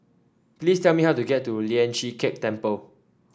please tell me how to get to Lian Chee Kek Temple